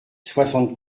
soixante